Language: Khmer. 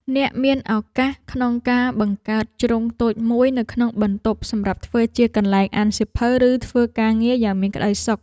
អ្នកមានឱកាសក្នុងការបង្កើតជ្រុងតូចមួយនៅក្នុងបន្ទប់សម្រាប់ធ្វើជាកន្លែងអានសៀវភៅឬធ្វើការងារយ៉ាងមានក្ដីសុខ។